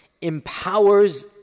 empowers